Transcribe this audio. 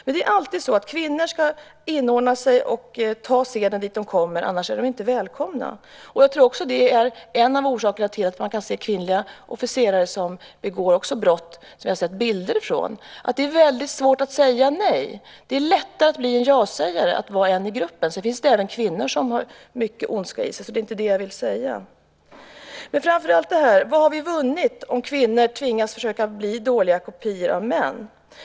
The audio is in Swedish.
Men det är alltid så att kvinnor ska inordna sig och ta seden dit de kommer, annars är de inte välkomna. Jag tror att en av orsakerna till att vi kan se att också kvinnliga officerare begår brott, som vi har sett bilder på, är att det är väldigt svårt att säga nej. Det är lättare att bli en ja-sägare, att vara en i gruppen. Men sedan finns det även kvinnor som har mycket ondska i sig. Men vad har vi vunnit om kvinnor tvingas att försöka bli dåliga kopior av män?